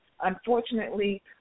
Unfortunately